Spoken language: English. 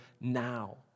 now